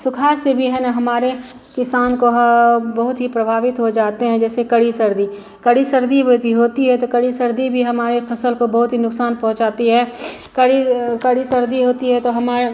सुखाड़ से भी है न हमारे किसान को ह बहुत ही प्रभावित हो जाते हैं जैसे कड़ी सर्दी कड़ी सर्दी वह यदि होती है तो कड़ी सर्दी भी हमारी फ़सल को बहुत ही नुकसान पहुँचाती है कड़ी कड़ी सर्दी होती है तो हमारी